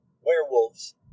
werewolves